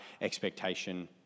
expectation